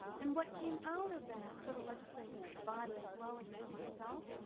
and what came out of that for the legislative body as well as for myself,